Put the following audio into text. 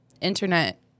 Internet